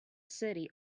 city